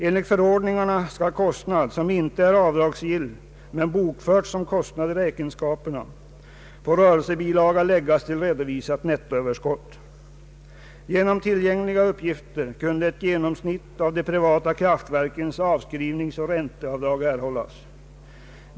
Enligt förordningarna skall kostnad, som inte är avdragsgill Genom tillgängliga uppgifter kunde ett genomsnitt av de privata kraftverkens avskrivningsoch ränteavdrag erhållas.